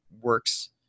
works